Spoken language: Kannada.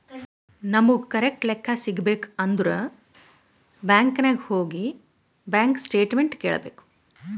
ನಮುಗ್ ಕರೆಕ್ಟ್ ಲೆಕ್ಕಾ ಸಿಗಬೇಕ್ ಅಂದುರ್ ಬ್ಯಾಂಕ್ ನಾಗ್ ಹೋಗಿ ಬ್ಯಾಂಕ್ ಸ್ಟೇಟ್ಮೆಂಟ್ ಕೇಳ್ಬೇಕ್